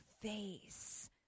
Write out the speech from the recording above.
face